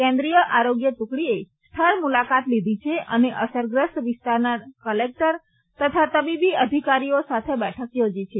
કેન્દ્રીય આરોગ્ય ટૂકડીએ સ્થળ મુલાકાત લીધી છે અને અસરગ્રસ્ત વિસ્તારના કલેક્ટર તથા તબીબી અધિકારીઓ સાથે બેઠક યોજી છે